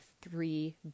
three